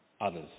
others